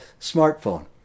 smartphone